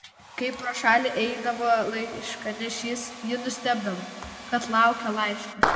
kai pro šalį eidavo laiškanešys ji nustebdavo kad laukia laiško